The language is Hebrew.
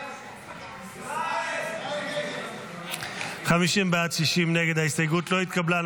ההסתייגות לא התקבלה.